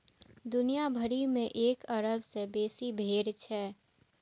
दुनिया भरि मे एक अरब सं बेसी भेड़ छै